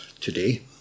today